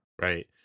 Right